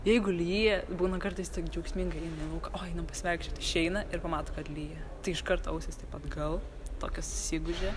jeigu lyja būna kartais tak džiaugsmingai eina į lauką o einam pasivaikščiot išeina ir pamato kad lyja tai iš karto ausys taip atgal tokia susigūžia